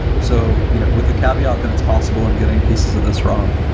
so you know with the caveat that it's possible i'm getting pieces of this wrong.